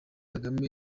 kagame